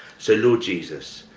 so, lord jesus,